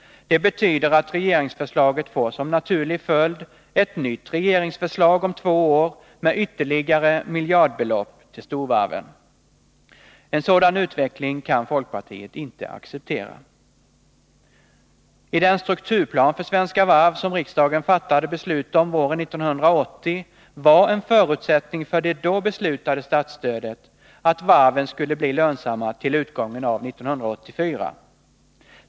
Det betyder att regeringsförslaget får som naturlig följd ett nytt regeringsförslag om två år med ytterligare miljardbelopp till storvarven. En sådan utveckling kan folkpartiet inte acceptera. I den strukturplan för Svenska Varv som riksdagen fattade beslut om våren 1980 var en förutsättning för det då beslutade statsstödet att varven skulle bli lönsamma till utgången av år 1984.